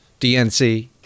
DNC